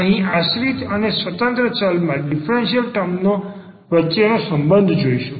અહીં આશ્રિત અને સ્વતંત્ર ચલ માં ડીફરન્સીયલ ટર્મ વચ્ચેનો સંબંધ જોઈશું